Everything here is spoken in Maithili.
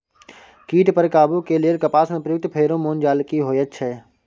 कीट पर काबू के लेल कपास में प्रयुक्त फेरोमोन जाल की होयत छै?